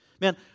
Man